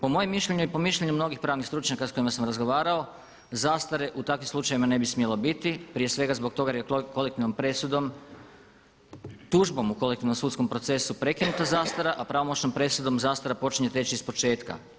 Po mojem mišljenju i po mišljenju mnogih pravnih stručnjaka sa kojima sam razgovarao zastare u takvim slučajevima ne bi smjelo biti prije svega zbog toga jer je kolektivnom presudom, tužbom u kolektivnom sudskom procesu prekinuta zastara, a pravomoćnom presudom zastara počinje teći ispočetka.